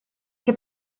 che